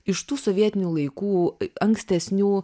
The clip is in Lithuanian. iš tų sovietinių laikų ankstesnių